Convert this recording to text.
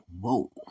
whoa